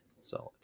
solid